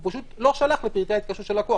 הוא פשוט לא שלח לפרטי ההתקשרות של הלקוח,